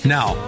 Now